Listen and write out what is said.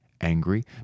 angry